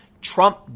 Trump